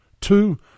Two